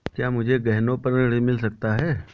क्या मुझे गहनों पर ऋण मिल सकता है?